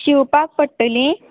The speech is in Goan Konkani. शिवपाक पडटलीं